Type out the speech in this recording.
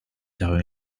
car